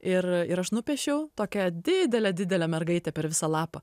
ir ir aš nupiešiau tokią didelę didelę mergaitę per visą lapą